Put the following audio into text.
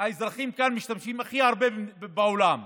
האזרחים כאן משתמשים הכי הרבה בעולם בחד-פעמי.